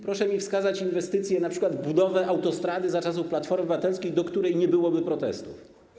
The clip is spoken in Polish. Proszę mi wskazać inwestycję, np. budowę autostrady za czasów Platformy Obywatelskiej, co do której nie byłoby protestów.